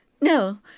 No